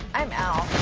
i'm out.